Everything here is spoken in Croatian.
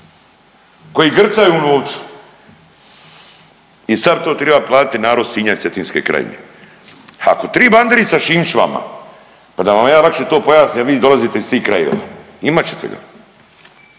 koji grcaju u novcu i sad to treba platit narod Sinja i Cetinske krajine. Ako triba Andrijica Šimić vama pa da vam ja lakše to pojasnim jel vi dolazite iz tih krajeva, imat ćete ga